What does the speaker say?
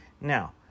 Now